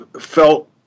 felt